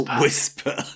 whisper